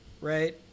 right